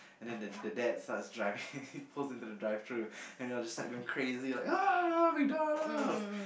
then the the dad starts driving pulls into the drive through then there was like crazy ah MacDonalds'